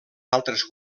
altres